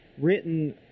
written